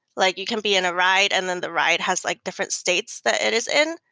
like you can be in a ride and then the ride has like different states that it is in.